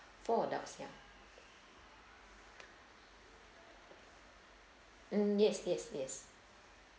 four adults yeah um yes yes yes